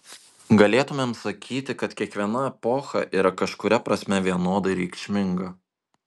galėtumėm sakyti kad kiekviena epocha yra kažkuria prasme vienodai reikšminga